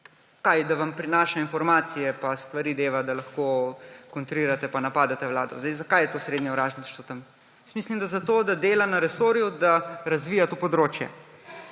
kaj? Da vam prinaša informacije in stvari daje, da lahko kontrirate pa napadate vlado? Zakaj je to srednje uradništvo tam? Jaz mislim, da zato, da dela na resorju, da razvija to področje.